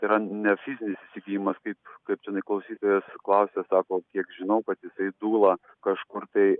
tai yra nefizinis įsigijimas kaip kaip čionai klausytojas klausė sako kiek žinau kad jisai dūla kažkur tai